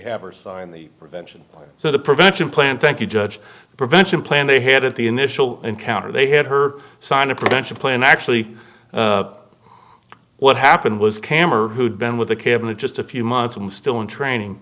have are in the prevention so the prevention plan thank you judge the prevention plan they had at the initial encounter they had her sign a prevention plan actually what happened was camera who'd been with the cabinet just a few months and still in training